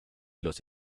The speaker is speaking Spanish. los